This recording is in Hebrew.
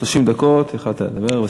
30 דקות יכולת לדבר.